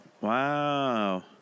wow